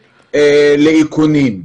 לאיכונים.